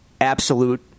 absolute